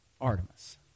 Artemis